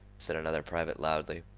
said another private loudly.